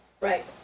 Right